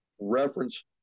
reference